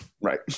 Right